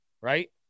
Right